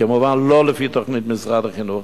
כמובן לא לפי תוכנית משרד החינוך,